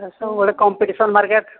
ସବୁବେଳେ competition market